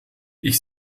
ich